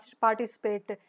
participate